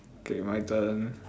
okay my turn